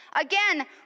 Again